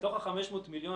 מתוך ה-500 מיליון,